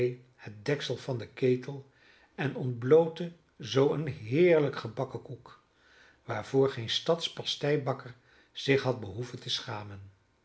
het deksel van den ketel en ontblootte zoo een heerlijk gebakken koek waarvoor geen stadspasteibakker zich had behoeven te schamen